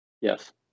Yes